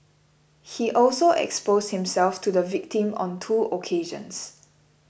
he also exposed himself to the victim on two occasions